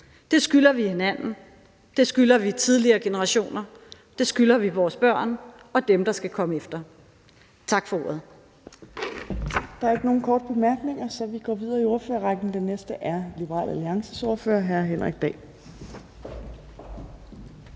Det skylder vi hinanden, det skylder vi tidligere generationer, og det skylder vi vores børn og dem, der skal komme efter. Tak for ordet. Kl. 15:53 Fjerde næstformand (Trine Torp): Der er ikke nogen korte bemærkninger, så vi går videre i ordførerrækken. Den næste er Liberal Alliances ordfører, hr. Henrik Dahl.